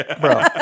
bro